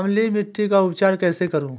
अम्लीय मिट्टी का उपचार कैसे करूँ?